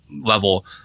level